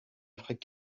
frère